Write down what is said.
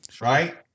right